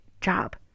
job